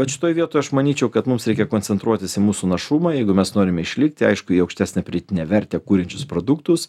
vat šitoj vietoj aš manyčiau kad mums reikia koncentruotis į mūsų našumą jeigu mes norime išlikti aišku į aukštesnę pridėtinę vertę kuriančius produktus